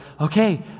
okay